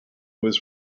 was